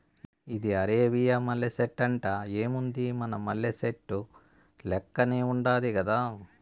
ఇది అరేబియా మల్లె సెట్టంట, ఏముంది మన మల్లె సెట్టు లెక్కనే ఉండాది గదా